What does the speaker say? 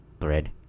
thread